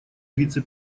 вице